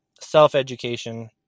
self-education